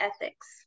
ethics